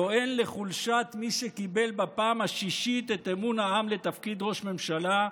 טוען לחולשת מי שקיבל בפעם השישית את אמון העם לתפקיד ראש ממשלה,